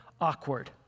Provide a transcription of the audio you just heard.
Awkward